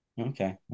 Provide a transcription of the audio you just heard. Okay